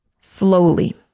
Slowly